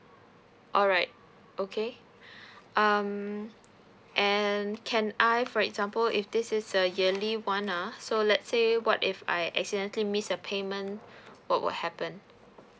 alright okay um and can I for example if this is a yearly [one] ah so let's say what if I accidentally miss a payment what would happen